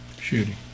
shooting